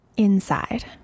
inside